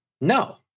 No